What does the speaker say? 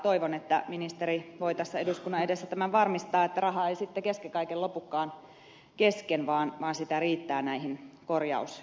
toivon että ministeri voi tässä eduskunnan edessä tämän varmistaa että raha ei sitten kesken kaiken lopukaan kesken vaan sitä riittää näihin korjaustöihin